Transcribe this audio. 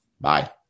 Bye